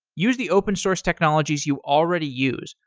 use the open source technologies you already use,